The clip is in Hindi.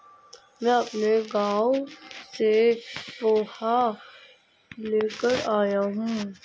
मैं अपने गांव से पोहा लेकर आया हूं